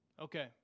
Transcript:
Okay